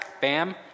bam